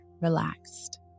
relaxed